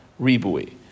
ribui